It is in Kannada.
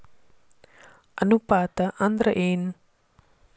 ಅನುಪಾತ ಅಂದ್ರ ಏನ್?